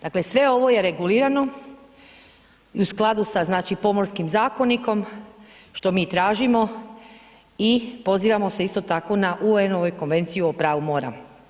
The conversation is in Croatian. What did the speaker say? Dakle, sve ovo je regulirano u skladu sa, znači, Pomorskim zakonikom, što mi i tražimo i pozivamo se isto tako na UN-ovu Konvenciju o pravu mora.